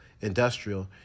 industrial